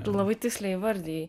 tu labai tiksliai įvardijai